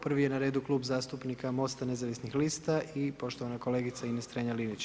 Prvi je na redu Klub zastupnika MOST-a nezavisnih lista i poštovana kolegica Ines Strenja-Linić.